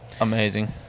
amazing